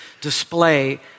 display